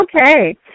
Okay